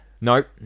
Nope